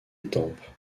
étampes